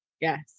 Yes